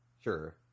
Sure